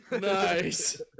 nice